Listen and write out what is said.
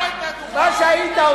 מושך את הצו